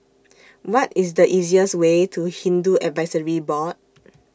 What IS The easiest Way to Hindu Advisory Board